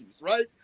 right